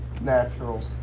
Natural